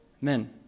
Men